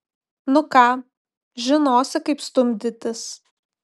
nu ką žinosi kaip stumdytis